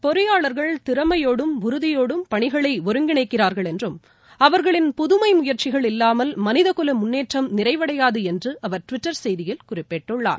பொறியாளர்கள் திறமையோடும் உறுதியோடும் பணிகளை ஒருங்கிணைக்கிறார்கள் என்றும் அவர்களின் புதுமை முயற்சிகள் இல்லாமல் மனிதகுல முன்னேற்றம் நிறைவடையாது என்று அவர் டுவிட்டர் செய்தியில் குறிப்பிட்டுள்ளார்